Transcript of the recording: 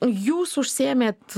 jūs užsiėmėt